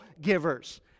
givers